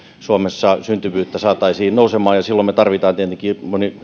suomessa syntyvyyttä saataisiin nousemaan ja silloin me tarvitsemme tietenkin